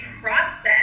process